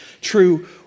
true